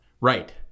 Right